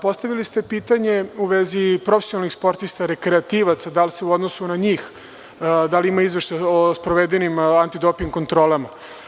Postavili ste pitanje u vezi profesionalnih sportista, rekreativaca, da li ima izveštaj o sprovedenim antidoping kontrolama.